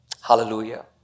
Hallelujah